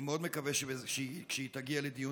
אני מאוד מקווה שכשהיא תגיע לדיון,